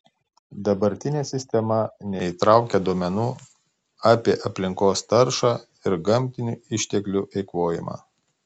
dabartinė sistema neįtraukia duomenų apie aplinkos taršą ir gamtinių išteklių eikvojimą